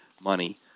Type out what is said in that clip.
money